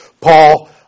Paul